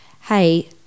hey